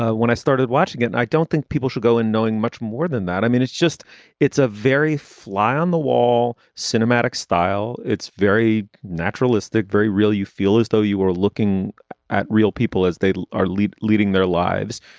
when i started watching it, and i don't think people should go in knowing much more than that. i mean it's just it's a very fly on the wall cinematic style it's very naturalistic, very real. you feel as though you are looking at real people as they are lead leading their lives.